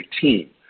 team